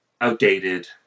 outdated